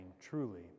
Truly